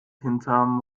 hinterm